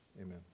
amen